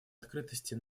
открытости